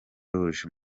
rouge